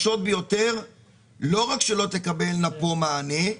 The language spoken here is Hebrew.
לא רק שלא תקבלנה פה מענה,